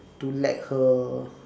to let her